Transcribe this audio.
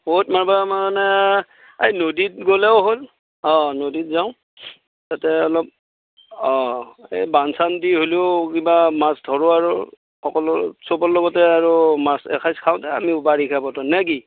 ক'ত মাৰবা মানে এই নদীত গ'লেও হ'ল অ' নদীত যাওঁ তাতে অলপ অ এই বান চান দি হ'লেও কিবা মাছ ধৰোঁ আৰু সকলো সবৰ লগতে আৰু মাছ এসাজ খাওঁ বাৰিষা বতৰ নে কি